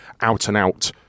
out-and-out